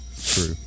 True